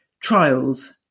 Trials